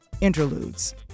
interludes